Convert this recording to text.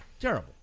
terrible